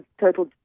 total